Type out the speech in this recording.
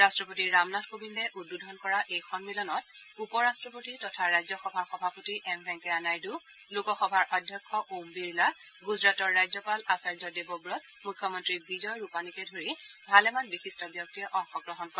ৰট্টপতি ৰামনাথ কোৱিন্দে উদ্বোধন কৰা এই সন্মিলনত উপ ৰট্টপতি তথা ৰাজ্যসভাৰ সভাপতি এম ভেংকায়া নাইডু লোকসভাৰ অধ্যক্ষ ওম বিৰলা ণুজৰাটৰ ৰাজ্যপাল আচাৰ্য দেৱৱত মুখ্যমন্তী বিজয় ৰূপানীকে ধৰি ভালেমান বিশিষ্ট ব্যক্তিয়ে অংশগ্ৰহণ কৰে